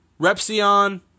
Repsion